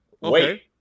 wait